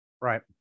Right